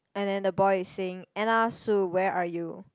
and then the boy is saying n_r su where are you